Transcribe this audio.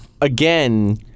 again